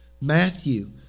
Matthew